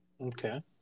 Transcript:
Okay